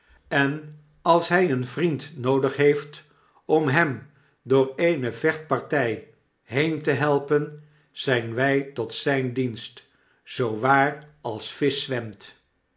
en als hy een vriendnoodig heeft om hem door eene vechtpartij been te helpen zyn wij tot zijn dienst zoo waar als